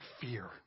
fear